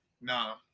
Nah